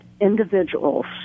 individuals